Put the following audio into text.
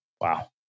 Wow